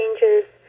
changes